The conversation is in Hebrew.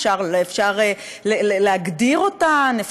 אפשר להגדיר אותן,